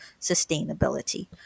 sustainability